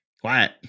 Quiet